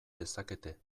dezakete